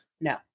no